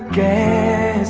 a a